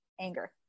anger